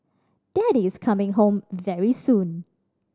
daddy's coming home very soon